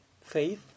faith